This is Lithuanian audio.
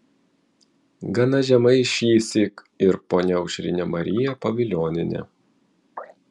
gana žemai šįsyk ir ponia aušrinė marija pavilionienė